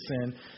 sin